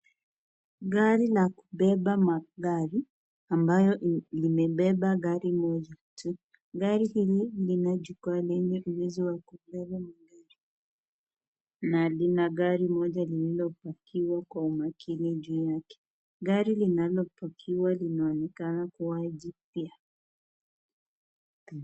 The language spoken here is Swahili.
Gari la kubeba magari ambayo limebeba gari moja tu, gari hili lina jukwaa lenye uwezo wa kubeba magari na lina gari moja lililopakiwa kwa umakini juu yake, gari linalopakiwa linaonekana kuwa jipya.